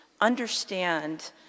understand